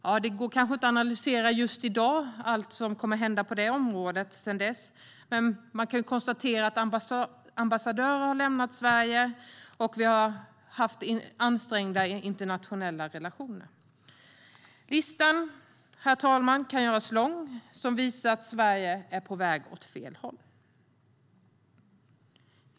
Ja, det går kanske inte i dag att analysera allt som hänt på det området sedan dess, men man kan konstatera att ambassadörer har lämnat Sverige. Och vi har haft ansträngda internationella relationer. Herr talman! Listan som visar att Sverige är på väg åt fel håll kan göras lång.